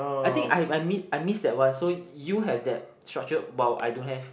I think I I have I miss that one so you have that structure while I don't have